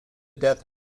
death